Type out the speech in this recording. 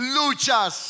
luchas